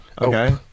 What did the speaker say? okay